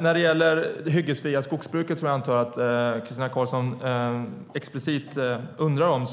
När det gäller det hyggesfria skogsbruket, som är det som Christina Karlsson explicit undrar om,